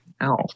Ow